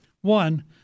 One